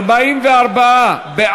סעיפים 1 4 נתקבלו.